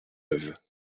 neuve